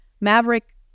Maverick